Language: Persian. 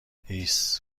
هیس